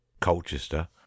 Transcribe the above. colchester